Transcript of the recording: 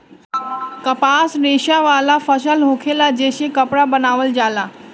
कपास रेशा वाला फसल होखेला जे से कपड़ा बनावल जाला